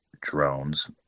drones